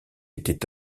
était